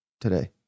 today